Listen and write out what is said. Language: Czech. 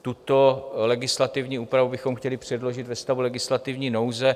Tuto legislativní úpravu bychom chtěli předložit ve stavu legislativní nouze.